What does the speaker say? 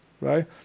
right